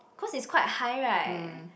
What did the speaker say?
cause it's quite high right